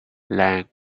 length